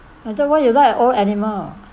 I don't why you like old animal